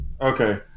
Okay